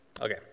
Okay